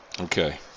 Okay